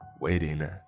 waiting